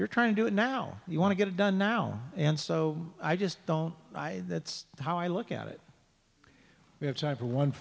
you're trying to do it now you want to get it done now and so i just don't i that's how i look at it we have t